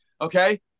okay